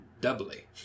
doubly